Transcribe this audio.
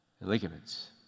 ligaments